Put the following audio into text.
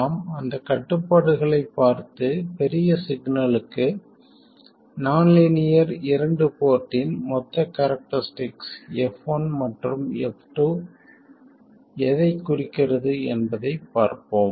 நாம் அந்தக் கட்டுப்பாடுகளைப் பார்த்து பெரிய சிக்னலுக்கு நான் லீனியர் இரண்டு போர்ட்டின் மொத்த கேரக்டரிஸ்டிக் f1 மற்றும் f2 எதைக் குறிக்கிறது என்பதை பார்ப்போம்